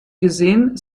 gesehen